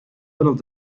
little